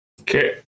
Okay